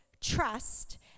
trust